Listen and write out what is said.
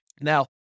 Now